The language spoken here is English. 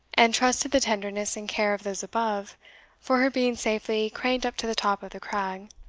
and trust to the tenderness and care of those above for her being safely craned up to the top of the crag.